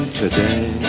today